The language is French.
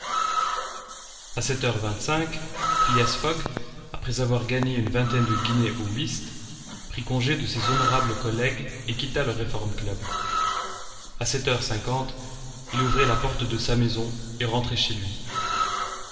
a sept heures vingt-cinq phileas fogg après avoir gagné une vingtaine de guinées au whist prit congé de ses honorables collègues et quitta le reform club a sept heures cinquante il ouvrait la porte de sa maison et rentrait chez lui